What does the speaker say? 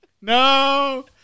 no